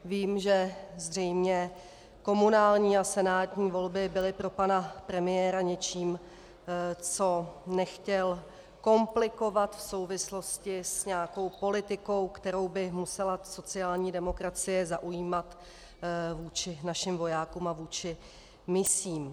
Vím, že zřejmě komunální a senátní volby byly pro pana premiéra něčím, co nechtěl komplikovat v souvislosti s nějakou politikou, kterou by musela sociální demokracie zaujímat vůči našim vojákům a vůči misím.